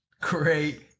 Great